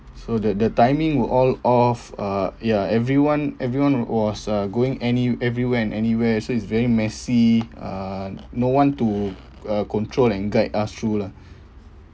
so the the timing were all off uh ya everyone everyone was uh going any everywhere and anywhere so it's very messy uh no one to uh control and guide us through lah